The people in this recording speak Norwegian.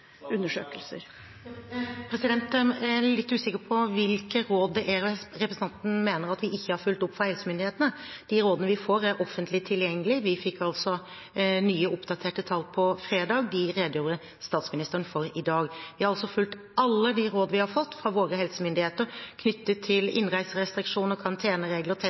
undersøkelser. Jeg er litt usikker på hvilke råd fra helsemyndighetene representanten mener at vi ikke har fulgt opp. De rådene vi får, er offentlig tilgjengelige. Vi fikk altså nye, oppdaterte tall på fredag, og de redegjorde statsministeren for i dag. Vi har altså fulgt alle de råd vi har fått fra våre helsemyndigheter knyttet til innreiserestriksjoner,